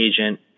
agent